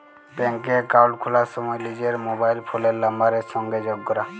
ব্যাংকে একাউল্ট খুলার সময় লিজের মবাইল ফোলের লাম্বারের সংগে যগ ক্যরা